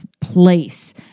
place